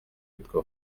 yitwa